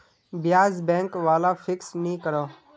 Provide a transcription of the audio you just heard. ब्याज़ बैंक वाला फिक्स नि करोह